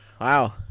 Wow